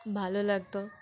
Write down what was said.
ভালো লাগত